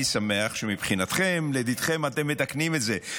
אני שמח שמבחינתכם, לדידכם, אתם מתקנים את זה.